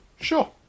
Sure